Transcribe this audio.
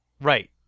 Right